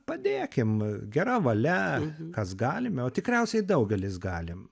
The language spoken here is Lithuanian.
padėkim gera valia kas galime o tikriausiai daugelis galim